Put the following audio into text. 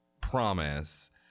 promise